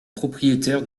propriétaire